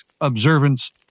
observance